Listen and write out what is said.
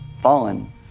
fallen